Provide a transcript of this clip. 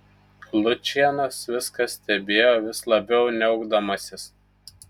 lučianas viską stebėjo vis labiau niaukdamasis